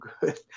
good